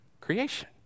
Creation